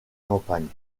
campagnes